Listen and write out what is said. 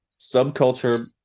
subculture